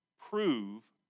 prove